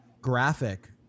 graphic